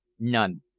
none.